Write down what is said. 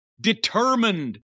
determined